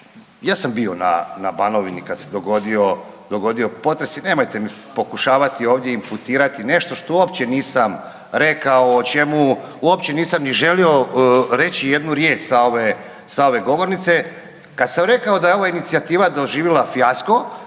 ja sam bio na Banovini kad se dogodio potres i nemojte mi pokušavati ovdje imputirati nešto što uopće nisam rekao, o čemu uopće nisam ni želio reći nijednu riječ sa ove govornice. Kad sam rekao da je ova inicijativa doživjela fijasko,